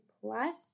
plus